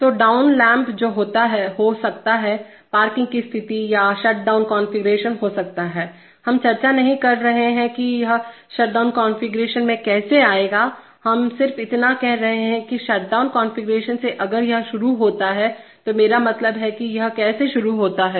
तो down lamp जो हो सकता है पार्किंग की स्थिति या शटडाउन कॉन्फ़िगरेशन हो सकता है हम चर्चा नहीं कर रहे हैं कि यह शटडाउन कॉन्फ़िगरेशन में कैसे आएगा हम सिर्फ इतना कह रहे हैं कि शटडाउन कॉन्फ़िगरेशन से अगर यह शुरू होता है तो मेरा मतलब है कि यह कैसे शुरू होता है